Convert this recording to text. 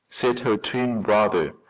said her twin brother,